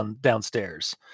downstairs